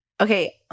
Okay